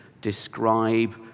describe